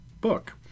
book